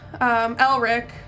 Elric